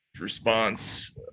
response